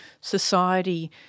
society